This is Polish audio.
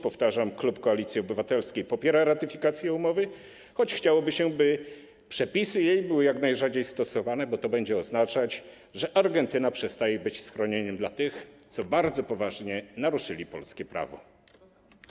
Powtarzam, klub Koalicji Obywatelskiej popiera ratyfikację umowy, choć chciałoby się, by przepisy jej były jak najrzadziej stosowane, bo to będzie oznaczać, że Argentyna przestaje być schronieniem dla tych, co bardzo poważnie naruszyli polskie prawo.